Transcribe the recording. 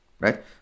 right